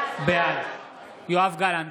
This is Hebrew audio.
בעד יואב גלנט,